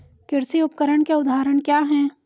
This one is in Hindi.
कृषि उपकरण के उदाहरण क्या हैं?